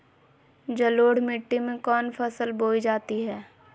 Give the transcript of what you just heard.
जलोढ़ मिट्टी में कौन फसल बोई जाती हैं?